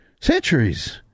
Centuries